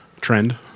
trend